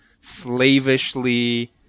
slavishly